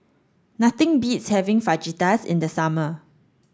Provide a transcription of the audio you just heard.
nothing beats having Fajitas in the summer